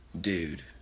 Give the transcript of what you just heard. Dude